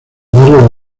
barrio